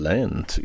Land